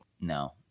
No